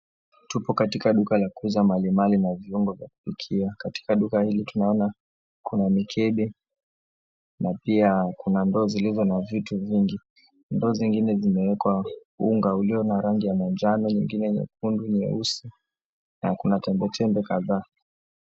Tupo katika duka la kuuza malimali na viungo vya kupikia. Katika duka hili tunaona mikebe na pia kuna ndoo zilizo na vitu vingi. Ndoo zingine imewekwa unga ulio na rangi ya manjano na zingine nyekundu, nyeusi na kuna chembechembe kadhaa.